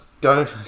go